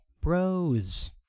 bros